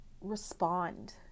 respond